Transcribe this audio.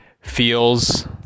feels